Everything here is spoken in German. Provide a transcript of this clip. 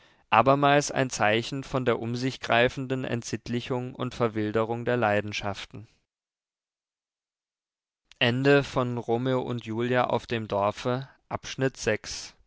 abermals ein zeichen von der umsichgreifenden entsittlichung und verwilderung der leidenschaften